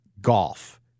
golf